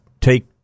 take